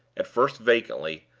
at first vacantly,